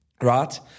right